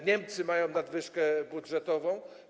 Niemcy mają nadwyżkę budżetową.